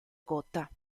gotha